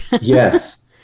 Yes